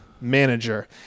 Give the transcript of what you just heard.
manager